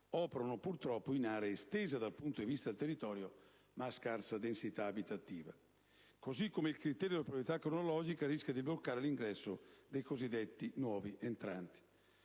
operano in aree estese dal punto di vista del territorio, ma a scarsa densità abitativa. Così come il criterio della priorità cronologica rischia di bloccare l'ingresso dei cosiddetti nuovi entranti.